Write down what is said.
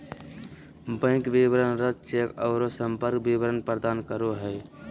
bank विवरण रद्द cheque औरो संपर्क विवरण प्रदान करो हइ